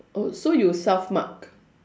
oh so you self mark